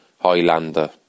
Highlander